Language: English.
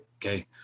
Okay